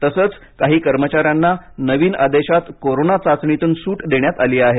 तसेच काही कर्मचाऱ्यांना नवीन आदेशात कोरोना चाचणीतून सूट देण्यात आली आहे